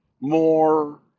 more